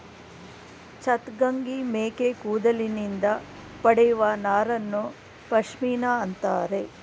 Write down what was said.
ಚಾಂಗ್ತಂಗಿ ಮೇಕೆ ಕೂದಲಿನಿಂದ ಪಡೆಯುವ ನಾರನ್ನು ಪಶ್ಮಿನಾ ಅಂತರೆ